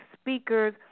speakers